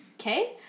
okay